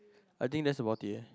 I think that's about it eh